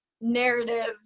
narrative